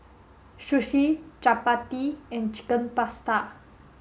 Sushi Chapati and Chicken Pasta